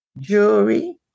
jewelry